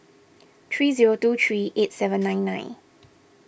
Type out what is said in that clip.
three zero two three eight seven nine nine